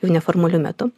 ir ne formuliu metu